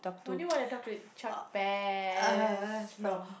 only when I talk to from